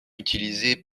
utilisé